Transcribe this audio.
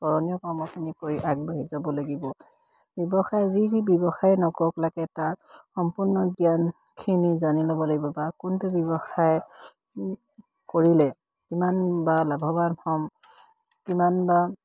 কৰণীয় কামখিনি কৰি আগবাঢ়ি যাব লাগিব ব্যৱসায় যি যি ব্যৱসায় নকৰক লাগে তাৰ সম্পূৰ্ণ জ্ঞানখিনি জানি ল'ব লাগিব বা কোনটো ব্যৱসায় কৰিলে কিমান বা লাভৱান হ'ম কিমান বা